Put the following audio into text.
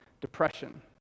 depression